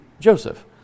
Joseph